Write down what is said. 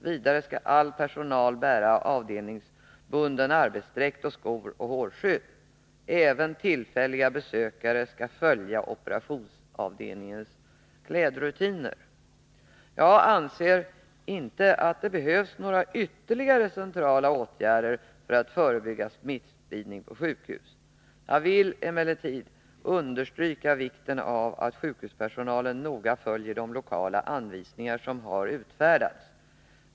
Vidare skall all personal bära avdelningsbunden arbetsdräkt och skor samt hårskydd. Även tillfälliga besökare skall följa operationsavdelningens klädrutiner. Jag anser inte att det behövs några ytterligare centrala åtgärder för att förebygga smittspridning på sjukhus. Jag vill emellertid understryka vikten av att sjukhuspersonalen noga följer de lokala anvisningar som utfärdats.